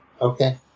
Okay